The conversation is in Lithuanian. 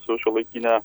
su šiuolaikine